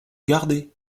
garder